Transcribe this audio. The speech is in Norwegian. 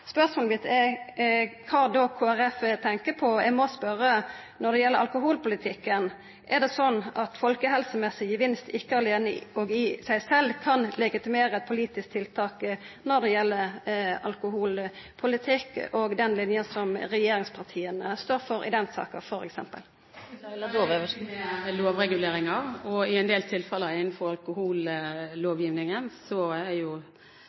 Spørsmålet mitt er: Kva er det Kristeleg Folkeparti tenkjer på? Eg må spørja når det gjeld alkoholpolitikken: Er det slik at «folkehelsemessig gevinst ikke alene og i seg selv kan legitimere et politisk tiltak» når det gjeld alkoholpolitikk og den linja regjeringspartia står for i den saka, f.eks.? Jeg tror det er veldig viktig med lovreguleringer, og i en del tilfeller innenfor